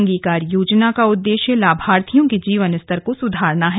अंगीकार योजना का उद्देश्य लाभार्थियों के जीवन स्तर को सुधारना है